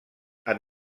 amb